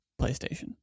PlayStation